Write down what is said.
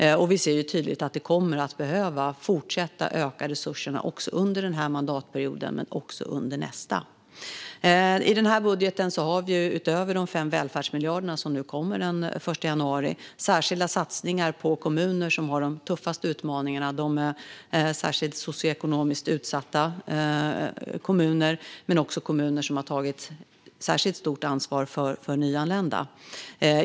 Vi ser tydligt att vi kommer att behöva fortsätta öka resurserna under denna mandatperiod, men även under nästa. I denna budget har vi, utöver de 5 välfärdsmiljarder som kommer den 1 januari, särskilda satsningar på kommuner som har de tuffaste utmaningarna - socioekonomiskt utsatta kommuner men också kommuner som har tagit ett särskilt stort ansvar för nyanlända.